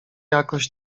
jakoś